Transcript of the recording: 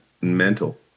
mental